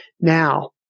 Now